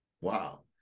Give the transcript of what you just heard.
Wow